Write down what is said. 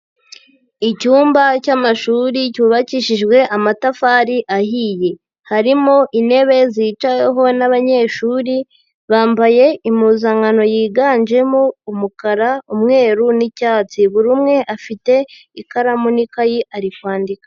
Icyumba cy'amashuri cyubakishijwe amatafari ahiye harimo intebe zicaweho n'abanyeshuri bambaye impuzankano yiganjemo umukara, umweru n'icyatsi buri umwe afite ikaramu n'ikayi ari kwandika.